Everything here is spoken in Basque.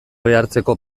behartzeko